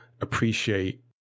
appreciate